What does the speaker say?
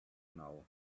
now